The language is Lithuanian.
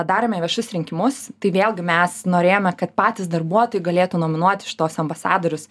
darome viešus rinkimus tai vėlgi mes norėjome kad patys darbuotojai galėtų nominuoti šituos ambasadorius